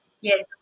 Yes